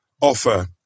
offer